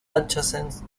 adjacent